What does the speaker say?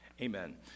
Amen